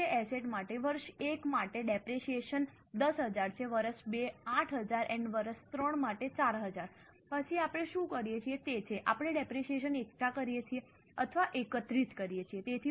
હવે તે એસેટ માટે વર્ષ 1 માટે ડેપરેશીયેશન 10000 છે વર્ષ 2 8000 વર્ષ 3 4000 પછી આપણે શું કરીએ છીએ તે છે આપણે ડેપરેશીયેશન એકઠા કરીએ છીએ અથવા એકત્રિત કરીએ છીએ